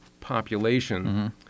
population